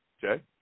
Jay